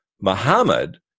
Muhammad